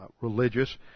Religious